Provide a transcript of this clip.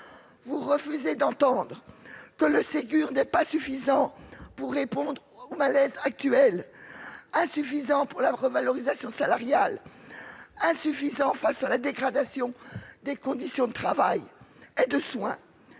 Vous refusez d'entendre que le Ségur n'est pas suffisant pour répondre au profond malaise actuel. Il est insuffisant sur la revalorisation salariale, insuffisant pour conjurer la dégradation des conditions de travail et de soin